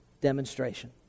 demonstration